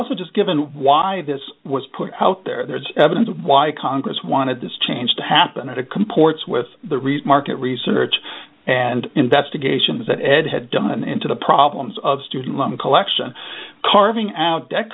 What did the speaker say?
also just given why this was put out there there's evidence of why congress wanted this change to happen at a comports with the read market research and investigations that ed had done into the problems of student loans collection carving out